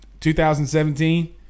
2017